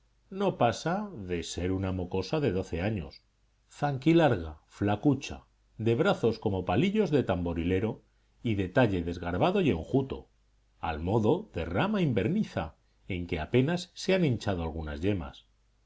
no pasa de ser una mocosa de doce años zanquilarga flacucha de brazos como palillos de tamborilero y de talle desgarbado y enjuto al modo de rama inverniza en que apenas se han hinchado algunas yemas